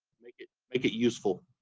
make it make it useful.